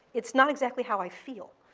it's not exactly how i feel,